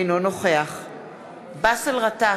אינו נוכח באסל גטאס,